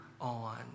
on